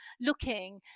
looking